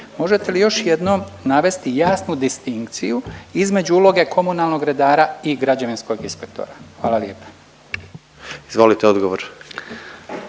Možete li još jednom navesti jasnu distinkciju između uloge komunalnog redara i građevinskog inspektora? Hvala lijepa. **Jandroković,